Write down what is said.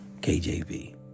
KJV